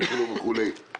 ויעבור זמן עד שתוציא את ההמשך.